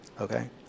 Okay